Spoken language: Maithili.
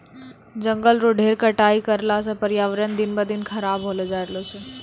जंगल रो ढेर कटाई करला सॅ पर्यावरण दिन ब दिन खराब होलो जाय रहलो छै